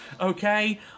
Okay